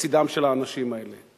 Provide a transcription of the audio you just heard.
לצדם של האנשים האלה"?